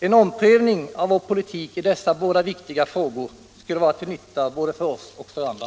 En omprövning av vår politik i dessa viktiga frågor skulle vara till nytta både för oss och för andra.